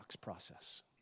process